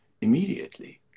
immediately